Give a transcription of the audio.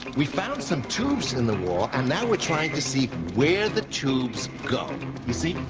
we found some tubes in the wall and now we're trying to see where the tubes go. you see,